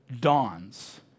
dawns